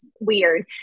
weird